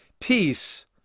peace